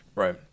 Right